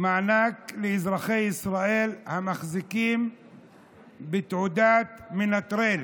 מענק לאזרחי ישראל המחזיקים בתעודת מנטרל,